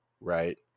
Right